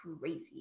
crazy